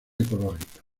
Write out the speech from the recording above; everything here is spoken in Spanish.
ecológica